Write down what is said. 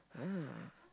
ah